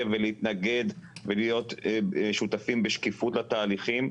ולהתנגד ולהיות שותפים בשקיפות התהליכים.